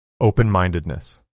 open-mindedness